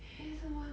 eh 是吗